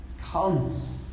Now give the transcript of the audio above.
comes